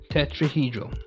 Tetrahedral